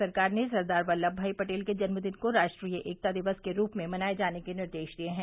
प्रदेश सरकार ने सरदार वल्लम भाई पटेल के जन्म दिन को राष्ट्रीय एकता दिवस के रूप में मनाये जाने के निर्देश दिये हैं